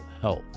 health